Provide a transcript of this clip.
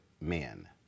men